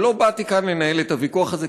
אבל לא באתי לכאן לנהל את הוויכוח הזה,